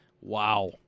Wow